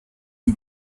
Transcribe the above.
and